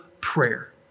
prayer